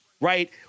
right